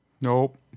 Nope